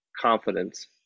confidence